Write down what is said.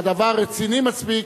והדבר רציני מספיק,